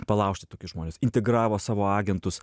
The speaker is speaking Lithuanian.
palaužti toki žmones integravo savo agentus